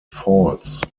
false